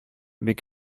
бик